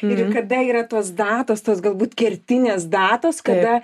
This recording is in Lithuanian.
ir kada yra tos datos tos galbūt kertinės datos kada